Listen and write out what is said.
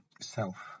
self